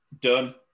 done